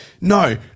no